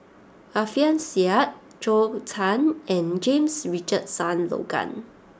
Alfian Sa'at Zhou Can and James Richardson Logan